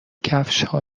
کفشها